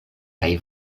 kaj